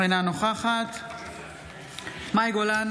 אינה נוכחת מאי גולן,